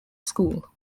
school